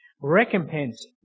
Recompense